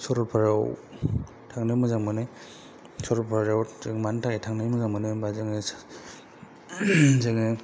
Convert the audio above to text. सरलपारायाव थांनो मोजां मोनो सरलपारायाव जों मानि थाखाय थांनो मोजां मोनो होनब्ला जोङो जोङो